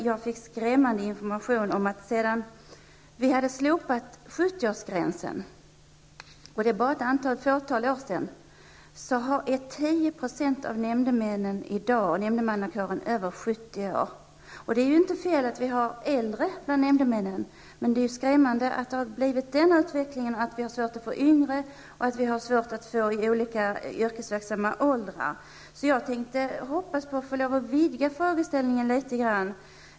Där fick jag skrämmande information om att sedan 70 av nämndemannakåren i dag över 70 år. Det är ju inte fel att det finns äldre personer bland nämndemännen, men det är skrämmande att utvecklingen har gått mot att det är svårt att rekrytera yngre personer och personer i olika yrkesverksamma åldrar. Jag skulle vilja vidga frågeställningen litet grand.